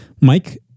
Mike